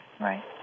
Right